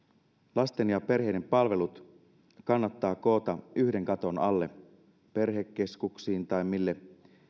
lasten ja perheiden palvelut kannattaa koota yhden katon alle perhekeskuksiin tai millä